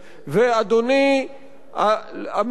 המדיניות של הממשלה בנושא אירן,